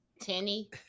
Tenny